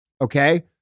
Okay